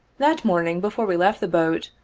that morning before we left the boat,